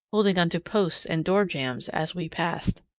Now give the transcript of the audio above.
holding on to posts and doorjambs as we passed.